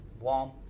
warm